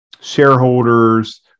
shareholders